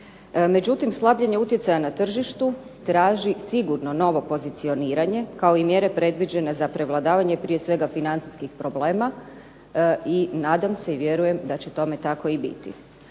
međutim slabljenje utjecaja na tržištu traži sigurno novo pozicioniranje, kao i mjere predviđene za prevladavanje prije svega financijskih problema, i nadam se i vjerujem da će tome tako i biti.